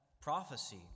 prophecy